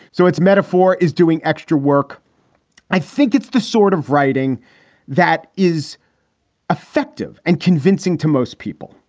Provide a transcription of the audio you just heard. so it's metaphore is doing extra work i think it's the sort of writing that is effective and convincing to most people.